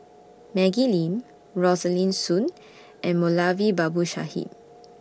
Maggie Lim Rosaline Soon and Moulavi Babu Sahib